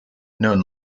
known